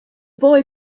boy